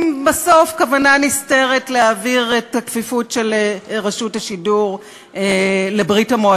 עם כוונה נסתרת להעביר בסוף את הכפיפות של רשות השידור לברית-המועצות,